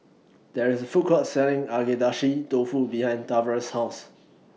There IS A Food Court Selling Agedashi Dofu behind Tavares' House